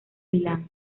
milán